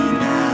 now